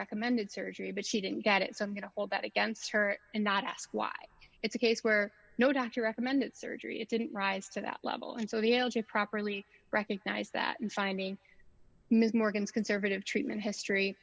recommended surgery but she didn't get it so i'm going to hold that against her and not ask why it's a case where no doctor recommended surgery it didn't rise to that level and so he able to properly recognize that in finding ms morgan's conservative treatment history